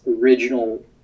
original